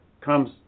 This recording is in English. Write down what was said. comes